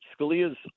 Scalia's